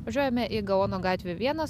važiuojame į gaono gatvę vienas